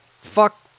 Fuck